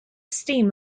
steam